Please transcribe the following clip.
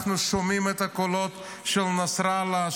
אנחנו שומעים את הקולות של נסראללה,